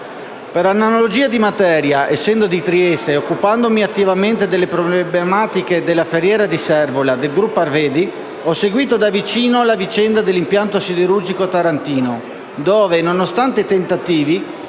Per analogia di materia, essendo di Trieste e occupandomi attivamente delle problematiche della Ferriera di Servola del Gruppo Arvedi, ho seguito da vicino la vicenda dell'impianto siderurgico tarantino dove, nonostante i tentativi,